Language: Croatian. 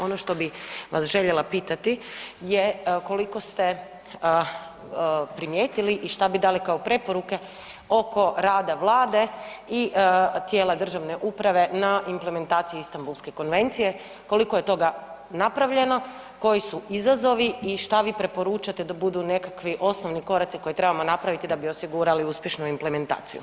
Ono što bi vas željela pitati je koliko ste primijetili i šta bi dali kao preporuke oko rada Vlade i tijela državne uprave na implementaciju Istanbulske konvencije, koliko je toga napravljeno, koji su izazovi i šta vi preporučate da budu nekakvi osnovni koraci koje trebamo napraviti da bi osigurali uspješnu implementaciju?